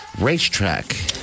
racetrack